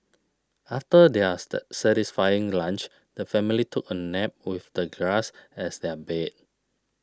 after they are sat satisfying lunch the family took a nap with the grass as their bed